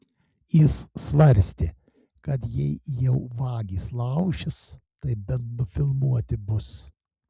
jis svarstė kad jei jau vagys laušis tai bent nufilmuoti bus